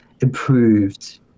improved